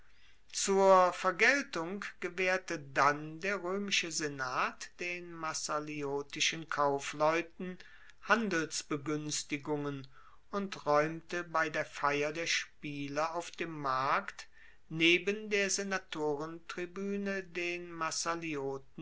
zur vergeltung gewaehrte dann der roemische senat den massaliotischen kaufleuten handelsbeguenstigungen und raeumte bei der feier der spiele auf dem markt neben der senatorentribuene den